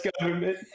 government